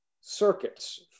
circuits